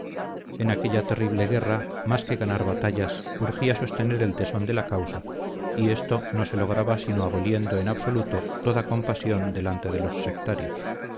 en aquella terrible guerra más que ganar batallas urgía sostener el tesón de la causa y esto no se lograba sino aboliendo en absoluto toda compasión delante de los sectarios